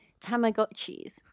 Tamagotchis